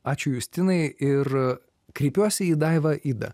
ačiū justinai ir kreipiuosi į daivą idą